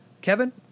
Kevin